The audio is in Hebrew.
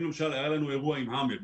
אם למשל היה לנו אירוע עם האמר,